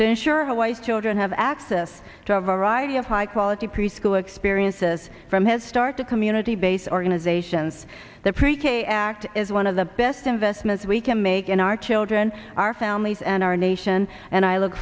to ensure a wife children have access to a variety of high quality preschool experiences from his start a community based organizations that pre k act is one of the best investments we can make in our children our families and our nation and i look